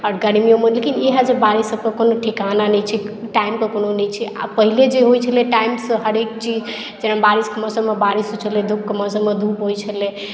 आओर गर्मियोमे लेकिन इएह छै बारिश सभके कोनो ठिकाना नहि छै टाइम के कोनो नहि छै आब पहिले जे होइ छलै टाइम सँ हरेक चीज जेना बारिशके मौसममे बारिश होइ छलै धुपके मौसममे धुप होइ छलै